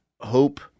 hope